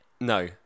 No